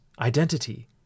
identity